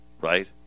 right